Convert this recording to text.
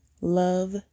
love